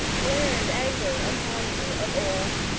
glared anger upon you of old,